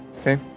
Okay